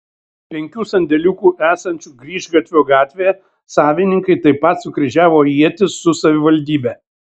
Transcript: penkių sandėliukų esančių grįžgatvio gatvėje savininkai taip pat sukryžiavo ietis su savivaldybe